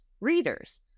readers